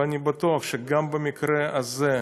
ואני בטוח שגם במקרה הזה,